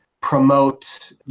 promote